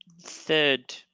third